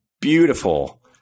beautiful